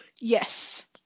Yes